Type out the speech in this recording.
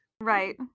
right